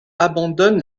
abandonne